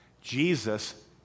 Jesus